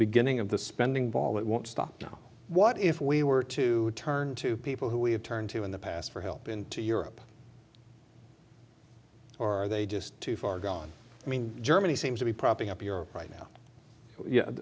beginning of the spending ball it won't stop now what if we were to turn to people who we have turned to in the past for help into europe or are they just too far gone i mean germany seems to be propping up your right now